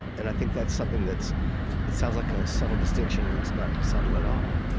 and i think that's something that's it sounds like a subtle distinction, and it's not subtle at all